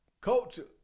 culture